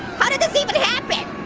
how did this even happen?